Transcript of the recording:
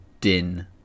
din